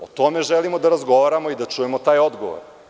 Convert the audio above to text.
O tome želimo da razgovaramo i da čujemo taj odgovor.